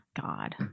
God